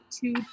two